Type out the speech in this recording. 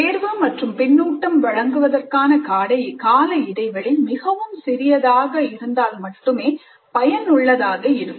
தேர்வு மற்றும் பின்னூட்டம் வழங்குவதற்கான கால இடைவெளி மிகவும் சிறியதாக இருந்தால் மட்டுமே பயனுள்ளதாக இருக்கும்